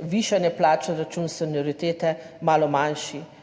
višanje plač na račun senioritete malo manjši,